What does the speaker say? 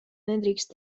nedrīkst